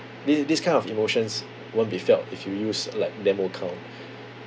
this this kind of emotions won't be felt if you use like demo account